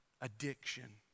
addiction